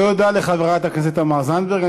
תודה לחברת הכנסת תמר זנדברג.